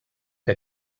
que